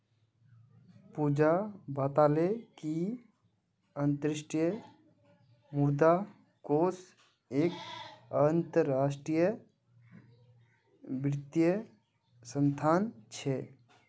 पूजा बताले कि अंतर्राष्ट्रीय मुद्रा कोष एक अंतरराष्ट्रीय वित्तीय संस्थान छे